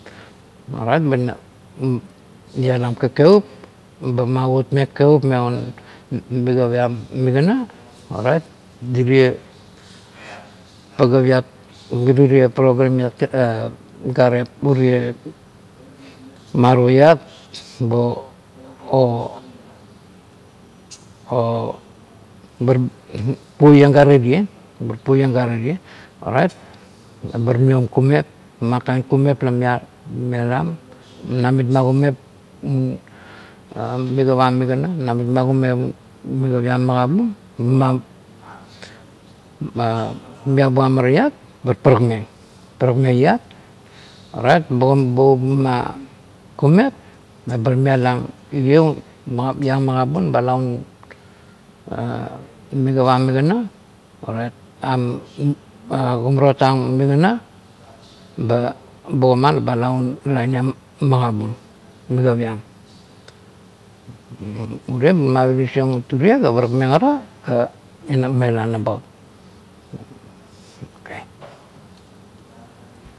Orait ba ina ialam kakevup ba ma wotmeng kakevup me un migap iam migana orait mirie pagap iat ga lirie program "pa" gare urie maro iat "bo" "ho" "ho" bar puoieng gare tie, ba puoieng gare tie. Ebar maiom kumep man kain kumep la mialam, namit ma kumep migap ain migana, namit ma kumep un migap iam magabun ba ma meabuam ara iat bar parakmeng, parakmeng iat, orait bogan bogobup ma kumep ebar mialang, irie iang magabun ba ala un migap ang migana orait kumarot ang migana ba bogoma ba ala un lain iong magabun, migap iam urie ba inapinis meng it ure ga parakmeng ara ino mela nabaut.